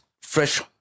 fresh